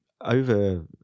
over